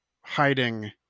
hiding